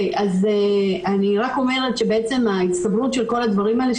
אני רק אומרת שבעצם ההצטברות של כל הדברים האלה,